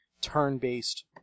turn-based